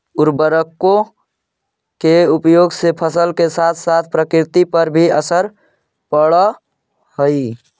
उर्वरकों के उपयोग से फसल के साथ साथ प्रकृति पर भी असर पड़अ हई